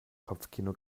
kopfkino